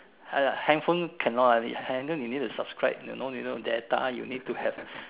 uh handphone cannot eh handphone you need to subscribe you know you need data you need to have